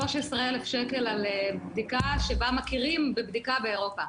13,000 שקל על בדיקה שבה מכירים בבדיקה באירופה.